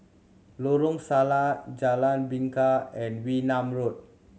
Lorong Salleh Jalan Bingka and Wee Nam Road